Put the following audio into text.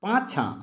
पाछाँ